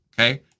Okay